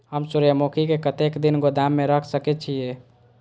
हम सूर्यमुखी के कतेक दिन गोदाम में रख सके छिए?